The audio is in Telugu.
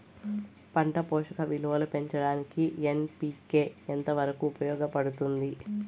పంట పోషక విలువలు పెంచడానికి ఎన్.పి.కె ఎంత వరకు ఉపయోగపడుతుంది